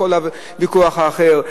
כל הוויכוח האחר.